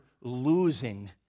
losing